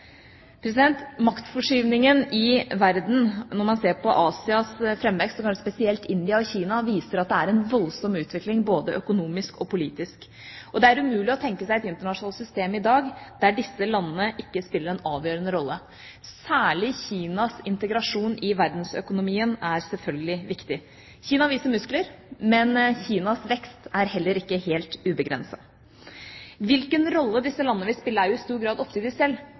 Maktforskyvningen i verden, når man ser på Asias framvekst, og kanskje spesielt India og Kina, viser at det er en voldsom utvikling både økonomisk og politisk. Det er umulig å tenke seg et internasjonalt system i dag der disse landene ikke spiller en avgjørende rolle. Særlig Kinas integrasjon i verdensøkonomien er selvfølgelig viktig. Kina viser muskler, men Kinas vekst er heller ikke helt ubegrenset. Hvilken rolle disse landene vil spille, er jo i stor grad opp til dem selv